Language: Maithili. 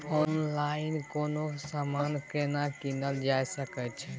ऑनलाइन कोनो समान केना कीनल जा सकै छै?